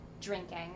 drinking